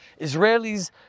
Israelis